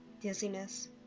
dizziness